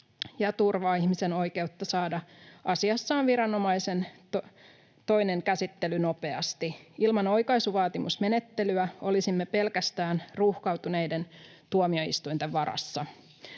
ja turvaa ihmisen oikeutta saada asiassaan viranomaisen toinen käsittely nopeasti. Ilman oikaisuvaatimusmenettelyä olisimme pelkästään ruuhkautuneiden tuomioistuinten varassa.